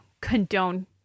condone